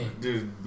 Dude